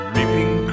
Reaping